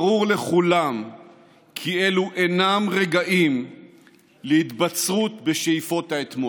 ברור לכולם כי אלה אינם רגעים להתבצרות בשאיפות האתמול.